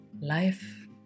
life